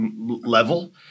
level